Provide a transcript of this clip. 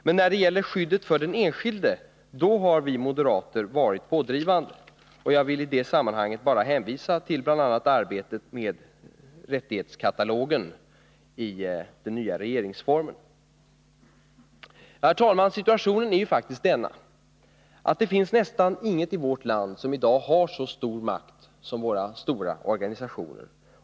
Men när det gäller skyddet för den enskilde har vi moderater varit pådrivande. Jag vill i det sammanhanget hänvisa till moderata insatser i samband med bl.a. arbetet med rättighetskatalogen i den nya regeringsformen. Herr talman! Situationen är faktiskt den, att det finns nästan ingen i vårt land som i dag har så stor makt som våra stora organisationer.